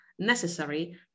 necessary